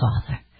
Father